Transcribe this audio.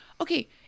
Okay